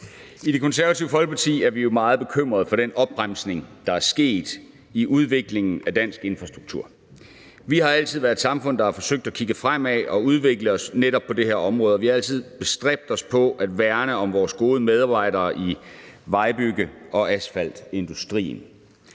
I Det Konservative Folkeparti er vi jo meget bekymret for den opbremsning, der er sket i udviklingen af dansk infrastruktur. Vi har altid været et samfund, der har forsøgt at kigge fremad og udvikle os netop på det her område, og vi har altid bestræbt os på at værne om vores gode medarbejdere i vej-, bygge- og asfaltindustrien.